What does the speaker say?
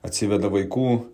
atsiveda vaikų